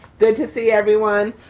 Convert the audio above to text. good to see everyone.